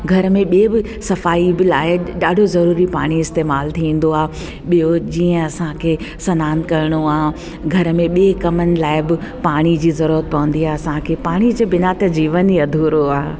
घर में ॿिए बि सफ़ाई बि लाइ ॾाढो ज़रूरी पाणी इस्तेमालु थींदो आहे ॿियों जीअं असांखे सनानु करिणो आहे घर में ॿिए कमनि लाइ बि पाणी जी ज़रूरुत पवंदी आहे असांखे पाणी जे बिना त जीवन ई अधूरो आहे